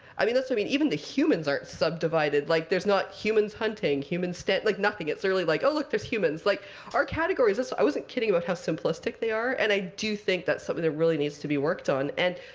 i mean, that's i mean. even the humans aren't subdivided. like, there's not humans hunting, humans stand like nothing. it's really like, oh, look there's humans. like our categories i wasn't kidding about how simplistic they are. and i do think that's something that really needs to be worked on. and,